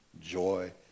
joy